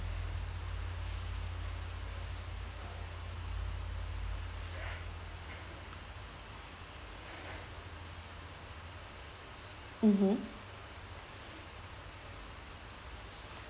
mmhmm